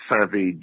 savage